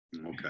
Okay